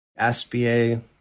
SBA